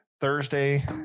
Thursday